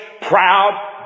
proud